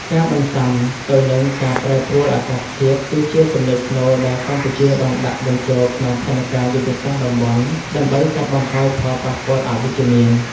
ការបន្ស៊ាំទៅនឹងការប្រែប្រួលអាកាសធាតុ គឺជាចំណុចស្នូលដែលកម្ពុជាបានដាក់បញ្ចូលក្នុងផែនការយុទ្ធសាស្ត្រតំបន់ ដើម្បីកាត់បន្ថយផលប៉ះពាល់អវិជ្ជមាន។